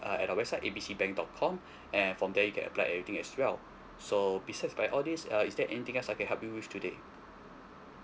uh at our website A B C bank dot com and from there you can apply everything as well so besides by all this uh is there anything else I can help you with today